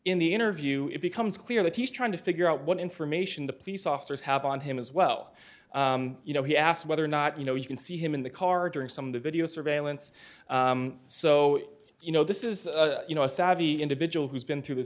in the interview it becomes clear that he's trying to figure out what information the police officers have on him as well you know he asked whether or not you know you can see him in the car during some of the video surveillance so you know this is you know a savvy individual who's been through the